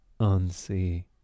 unsee